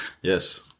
Yes